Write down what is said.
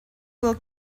will